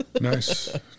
Nice